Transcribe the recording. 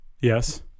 Yes